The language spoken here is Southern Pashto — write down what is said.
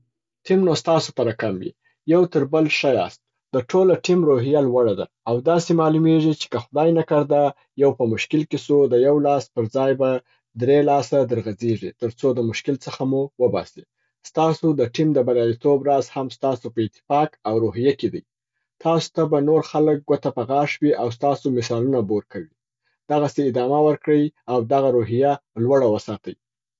ټیم نو ستاسو په رکم وي. یو تر بل ښه یاست. د ټوله ټیم روحیه لوړه ده او داسي معلومیږي چې که خدای نکرده یو په مشکل کي سو، د یو لاس پر ځای به درې لاسه در غځیږي تر څو د مشکل څخه مو وباسي. ستاسو د ټیم د بریالیتوب راز هم ستاسو په اتفاق او روحیه کي دی. تاسو ته به نور خلک ګوته په غاښ وي او ستاسو مثالونه به ورکوي. دغسي ادامه ورکړئ او دغه روحیه لوړه و ساتئ.